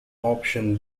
option